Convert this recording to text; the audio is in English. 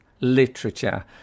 literature